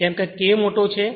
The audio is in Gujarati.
કેમકે K એ મોટો છે